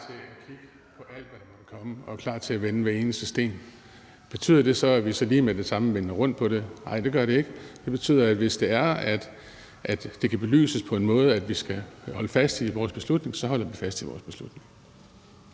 klar til at kigge på alt, hvad der måtte komme, og klar til at vende hver eneste sten. Betyder det så, at vi lige med det samme vender rundt på det? Nej, det gør det ikke. Det betyder, at hvis det kan belyses, at vi skal holde fast i vores beslutning, holder vi fast i vores beslutning.